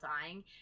dying